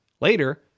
Later